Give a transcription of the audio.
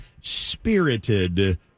spirited